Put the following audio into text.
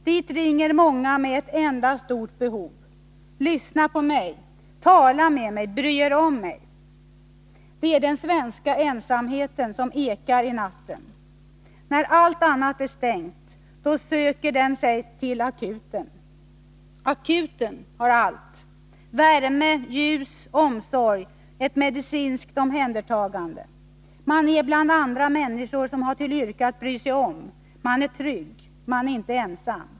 Dit ringer många med ett enda stort behov: Lyssna på mig. Tala med mig. Bry er om mig. Det är den svenska ensamheten som ekar i natten. När allt annat är stängt, då söker den sig till akuten. Akuten har allt: värme, ljus, omsorg, ett medicinskt omhändertagande. Man är bland andra människor som har till yrke att bry sig om. Man är trygg. Man är inte ensam.